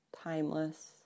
timeless